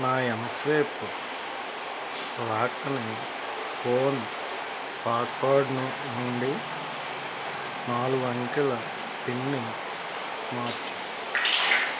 నా ఎంస్వైప్ లాక్ని ఫోన్ పాస్వర్డ్ నుండి నాలుగు అంకెల పిన్ని మార్చు